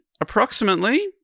approximately